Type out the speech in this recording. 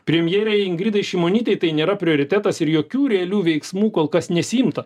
premjerei ingridai šimonytei tai nėra prioritetas ir jokių realių veiksmų kol kas nesiimta